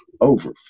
Over